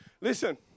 Listen